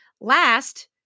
Last